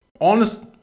honest